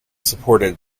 supported